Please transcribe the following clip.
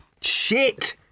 Shit